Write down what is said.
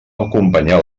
acompanyar